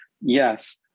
Yes